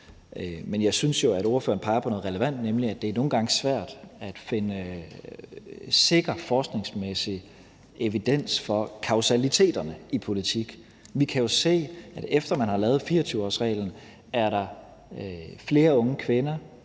Men jeg synes jo, at spørgeren peger på noget relevant, nemlig at det nogle gange er svært at finde sikker forskningsmæssig evidens for kausaliteterne i politik. Vi kan jo se, at efter man har lavet 24-årsreglen, er der flere unge kvinder